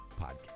podcast